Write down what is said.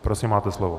Prosím máte slovo.